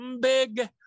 big